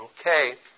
Okay